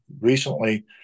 recently